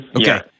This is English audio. okay